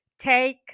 take